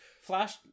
Flash